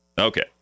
Okay